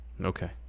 Okay